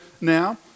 now